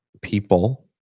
people